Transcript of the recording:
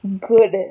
good